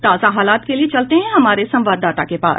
ताजा हालात के लिए चलते हैं हमारे संवाददाता के पास